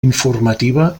informativa